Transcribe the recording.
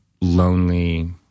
lonely